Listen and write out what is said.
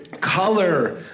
color